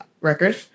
record